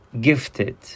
gifted